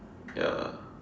ya